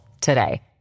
today